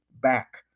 back